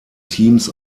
teams